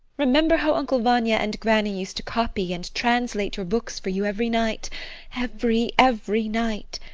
remember how uncle vanya and granny used to copy and translate your books for you every night every, every night.